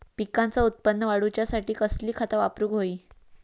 पिकाचा उत्पन वाढवूच्यासाठी कसली खता वापरूक होई?